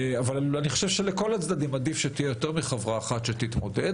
אבל אני חושב שלכל הצדדים עדיף שתהיה יותר מחברה אחת שתתמודד.